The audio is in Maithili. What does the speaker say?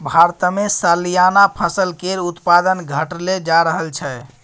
भारतमे सलियाना फसल केर उत्पादन घटले जा रहल छै